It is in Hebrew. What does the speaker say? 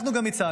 אנחנו גם הצענו,